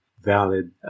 valid